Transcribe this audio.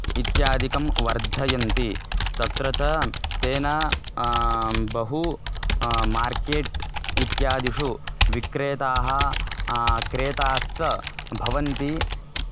इत्यादिकं वर्धयन्ति तत्र च तेन बहु मार्केट् इत्यादिषु विक्रेताः क्रेताश्च भवन्ति